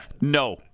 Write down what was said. no